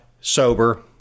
sober